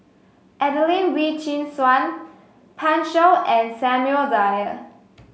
Adelene Wee Chin Suan Pan Shou and Samuel Dyer